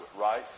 right